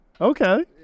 Okay